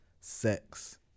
sex